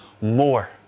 more